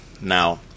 Now